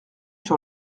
sur